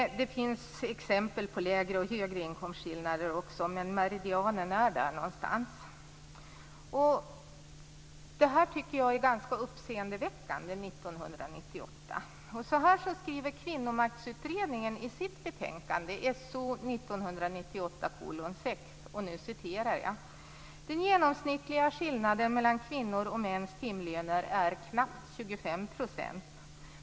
Det finns också exempel på mindre och större inkomstskillnader, men medianen ligger någonstans där. Jag tycker att det här är ganska uppseendeväckande år 1998. Kvinnomaktsutredningen skriver i sitt betänkande SOU 1998:6: "Den genomsnittliga skillnaden mellan kvinnors och mäns timlöner är knappt 25 %.